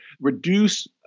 reduce